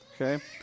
Okay